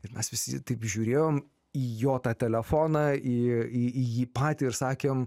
ir mes visi taip žiūrėjom į jo tą telefoną į į jį patį ir sakėm